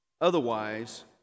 Otherwise